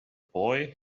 boy